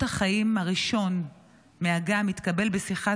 אות החיים הראשון מאגם התקבל בשיחת